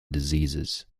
diseases